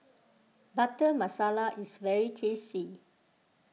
Butter Masala is very tasty